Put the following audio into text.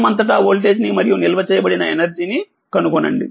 ప్రేరకం అంతటా వోల్టేజ్ ని మరియు నిల్వ చేయబడిన ఎనర్జీని కనుగొనండి